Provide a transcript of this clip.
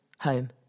home